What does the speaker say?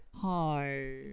Hi